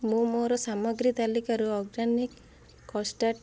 ମୁଁ ମୋର ସାମଗ୍ରୀ ତାଲିକାରୁ ଅର୍ଗାନିକ୍ କଷ୍ଟାର୍ଡ଼